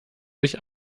sich